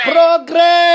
Progress